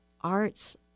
Arts